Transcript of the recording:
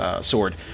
sword